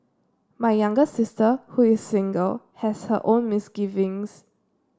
my younger sister who is single has her own misgivings